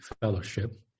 fellowship